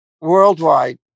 worldwide